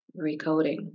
recoding